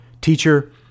Teacher